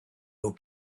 nhw